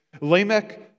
Lamech